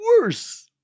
worse